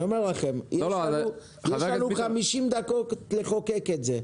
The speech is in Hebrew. אני אומר לכם, יש לנו 50 דקות לחוקק את זה.